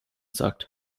sagt